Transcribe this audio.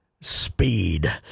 speed